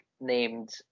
named